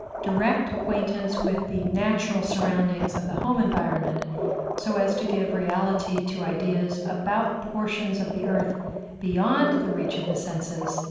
direct acquaintance with the natural surroundings of the home environment so as to give reality to ideas about portions of the earth beyond the reach of the senses,